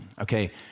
Okay